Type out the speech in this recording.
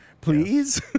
Please